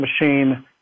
machine